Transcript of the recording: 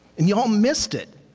and y'all missed it.